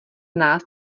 nás